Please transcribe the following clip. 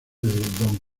don